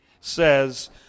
says